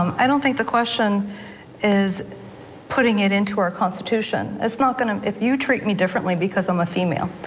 um i don't think the question is putting it into our constitution, it's not gonna if you treat me differently because i'm a female.